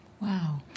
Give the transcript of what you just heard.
Wow